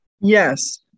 Yes